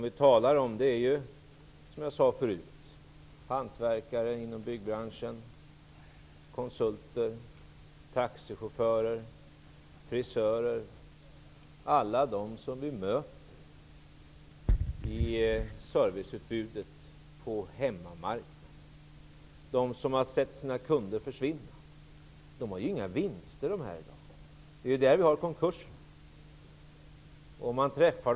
Vi talar om hantverkare inom byggbranschen, konsulter, taxichaufförer, frisörer osv. Det är alla dem som vi möter i serviceutbudet på hemmamarknaden, och det är de som ser sina kunder försvinna. De får inga vinster i dag, och det är hos dem konkurserna finns.